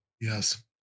Yes